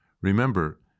Remember